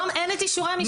היום אין את אישורי המשטרה.